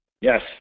Yes